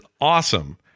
awesome